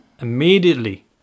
immediately